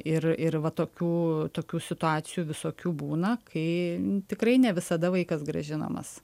ir ir va tokių tokių situacijų visokių būna kai tikrai ne visada vaikas grąžinamas